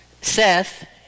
Seth